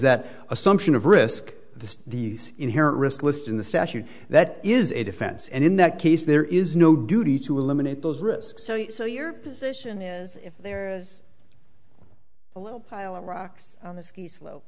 that assumption of risk to the inherent risk list in the statute that is a defense and in that case there is no duty to eliminate those risks so your position is if there's a little pile of rocks on the ski slope